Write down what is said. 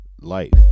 life